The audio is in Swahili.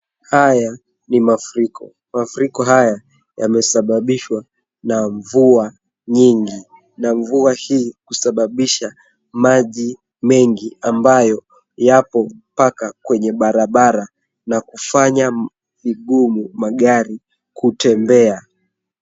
Haya ni mafuriko. Mafuriko haya yamesababishwa na mvua nyingi na mvua hii kusababisha maji mengi ambayo yako mpaka kwenye barabara na kufanya vigumu magari kutembea.